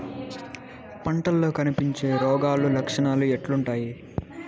పంటల్లో కనిపించే రోగాలు లక్షణాలు ఎట్లుంటాయి?